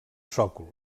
sòcol